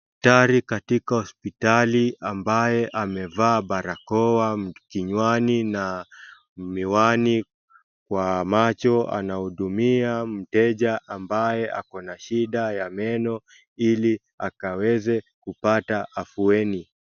Daktari katika hospitali ambaye amevaa barakoa kinywani na miwani kwa macho anahudumia mteja ambaye ako na shida ya meno ili akaweze kupata afueni.